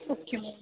okay ma'am